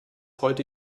heute